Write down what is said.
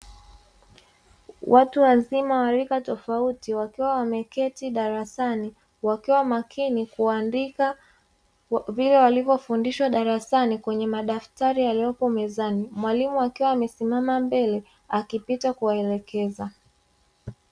Watu wazima wa rika tofauti wakiwa wameketi darasani wakiwa makini kuandika vile walivyofundishwa drasani kwenye madaftari yaliyopo mezani, mwalimu akiwa amesimama mbele akipita kuwaelekeza.